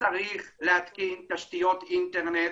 צריך להתקין תשתיות אינטרנט.